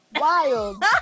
Wild